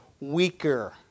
weaker